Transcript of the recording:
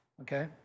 okay